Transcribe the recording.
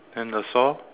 and the saw